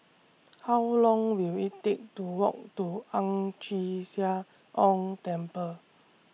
How Long Will IT Take to Walk to Ang Chee Sia Ong Temple